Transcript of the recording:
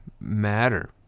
matter